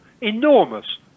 Enormous